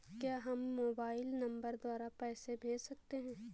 क्या हम mobile number द्वारा पैसे भेज सकते हैं?